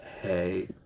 hey